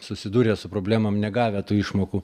susidūrė su problemom negavę tų išmokų